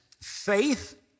faith